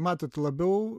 matot labiau